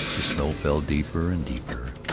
the snow fell deeper and deeper.